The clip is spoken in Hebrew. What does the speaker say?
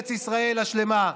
בארץ ישראל השלמה,